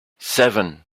seven